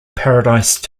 paradise